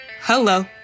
Hello